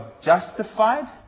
justified